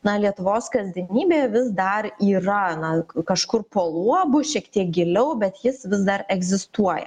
na lietuvos kasdienybėje vis dar yra na kažkur po luobu šiek tiek giliau bet jis vis dar egzistuoja